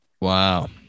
Wow